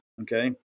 Okay